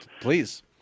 Please